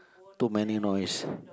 too many noise